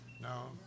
No